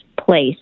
place